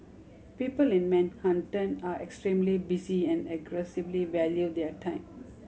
people in Manhattan are extremely busy and aggressively value their time